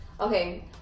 Okay